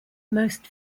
most